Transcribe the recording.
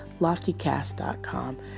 LoftyCast.com